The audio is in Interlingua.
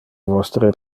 vostre